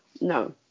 No